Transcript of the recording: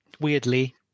weirdly